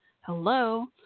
Hello